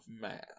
Man